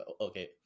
okay